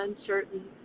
uncertain